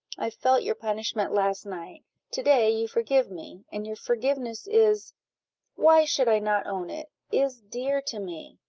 i felt your punishment last night to-day you forgive me and your forgiveness is why should i not own it? is dear to me.